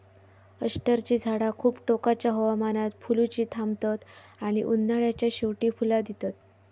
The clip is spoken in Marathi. अष्टरची झाडा खूप टोकाच्या हवामानात फुलुची थांबतत आणि उन्हाळ्याच्या शेवटी फुला दितत